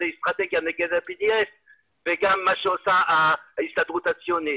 האסטרטגיה נגד ה-BDS וגם מה שעושה ההסתדרות הציונית.